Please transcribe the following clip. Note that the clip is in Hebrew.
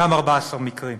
גם 14 מקרים.